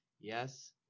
Yes